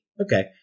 okay